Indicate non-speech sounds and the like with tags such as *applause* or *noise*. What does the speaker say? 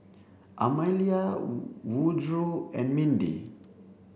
Amalia *unintelligible* Woodroe and Mindi